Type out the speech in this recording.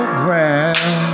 ground